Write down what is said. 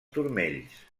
turmells